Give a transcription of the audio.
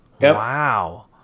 Wow